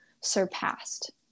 surpassed